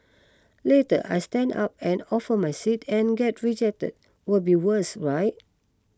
later I stand up and offer my seat and get rejected will be worse right